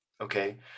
okay